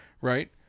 right